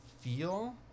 feel